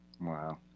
Wow